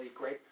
great